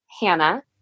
Hannah